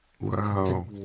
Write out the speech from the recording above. Wow